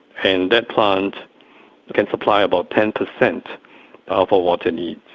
and that plant can supply bout ten percent of our water needs.